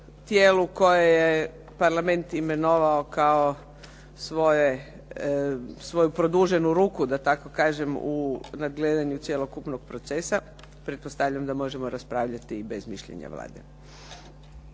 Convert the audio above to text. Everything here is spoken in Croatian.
tijelu koje je Parlament imenovao kao svoju produženu ruku da tako kažem u nadgledanju cjelokupnog procesa, pretpostavljam da možemo raspravljati bez mišljenja Vlade.